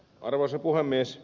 arvoisa puhemies